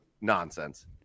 nonsense